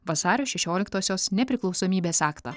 vasario šešioliktosios nepriklausomybės aktą